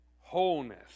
wholeness